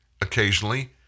occasionally